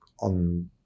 on